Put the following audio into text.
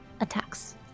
attacks